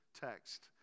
text